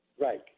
Right